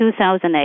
2008